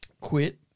quit